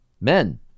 Men